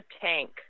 tank